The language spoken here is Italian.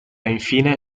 infine